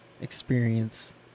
experience